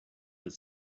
that